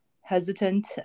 hesitant